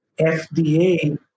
FDA